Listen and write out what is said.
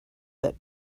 that